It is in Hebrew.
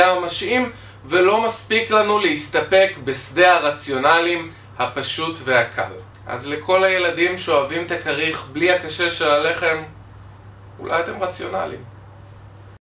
הממשיים, ולא מספיק לנו להסתפק בשדה הרציונליים הפשוט והקל, אז לכל הילדים שאוהבים את הכריך בלי הקשה של הלחם, אולי אתם רציונליים.